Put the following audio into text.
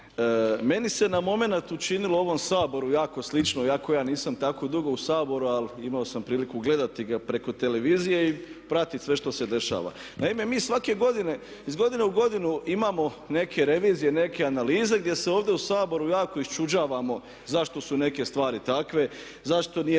Meni se na moment učinilo u ovom Saboru jako slično iako ja nisam tako dugo u Saboru ali imao sam priliku gledati ga preko tv-a i pratiti sve što se dešava. Naime, mi svake godine, iz godine u godinu imamo neke revizije, neke analize gdje se ovdje u Saboru jako iščuđavamo zašto su neke stvari takve, zašto nije